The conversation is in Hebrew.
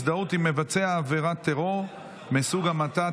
הזדהות עם מבצע עבירת טרור מסוג המתה),